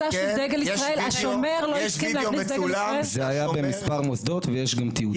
זה היה במספר מוסדות ויש גם תיעודים.